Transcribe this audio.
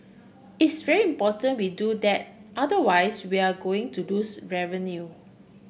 it's very important we do that otherwise we are going to lose revenue